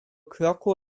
kroku